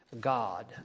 God